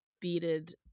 beaded